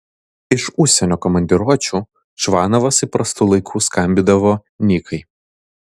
iš užsienio komandiruočių čvanovas įprastu laiku skambindavo nikai